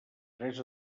tres